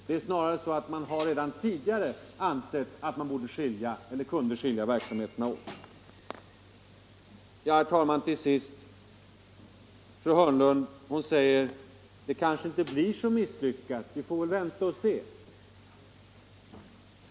Det är snarare så att man redan tidigare har ansett att man kunde skilja verksamheterna åt. Herr talman! Fru Hörnlund säger att det kanske inte blir så misslyckat. Vi får väl vänta och se.